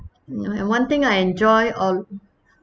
you know and one thing I enjoy or